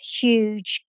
huge